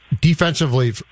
defensively